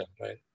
right